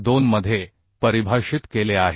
2 मध्ये परिभाषित केले आहे